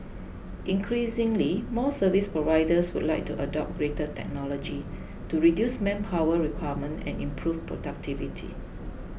increasingly more services providers would like to adopt greater technology to reduce manpower requirement and improve productivity